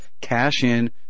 cash-in